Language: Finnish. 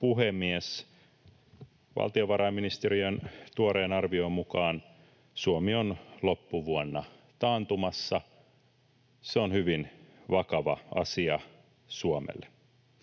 puhemies! Valtiovarainministeriön tuoreen arvion mukaan Suomi on loppuvuonna taantumassa. Se on hyvin vakava asia Suomelle.